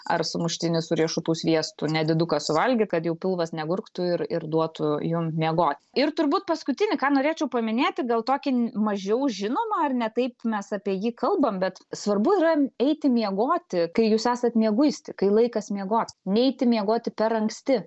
ar sumuštinį su riešutų sviestu nediduką suvalgyt kad jau pilvas negurgtų ir ir duotų jum miegot ir turbūt paskutinį ką norėčiau paminėti gal tokį mažiau žinomą ar ne taip mes apie jį kalbam bet svarbu yra eiti miegoti kai jūs esat mieguisti kai laikas miegot neiti miegoti per anksti